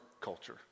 culture